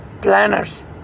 planners